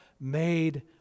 made